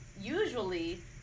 usually